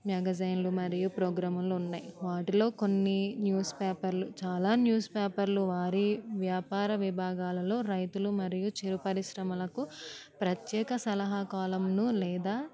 మ్యాగ్జైన్లు మరియు పోగ్రాములు ఉన్నాయి వాటిలో కొన్ని న్యూస్ పేపర్లు చాలా న్యూస్ పేపర్లు వారి వ్యాపార విభాగాలలో రైతులు మరియు చిరు పరిశ్రమలకు ప్రత్యేక సలహా కాలంను లేదా